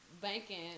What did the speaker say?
banking